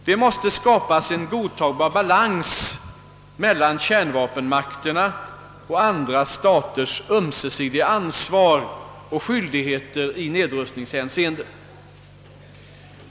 Det måste skapas en godtagbar balans mellan kärnvapenmakternas och andra staters ömsesidiga ansvar och skyldigheter i nedrustningshänseende.